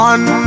One